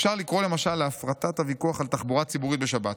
אפשר לקרוא למשל להפרטת הוויכוח על תחבורה ציבורית בשבת,